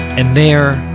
and there,